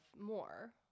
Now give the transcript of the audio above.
more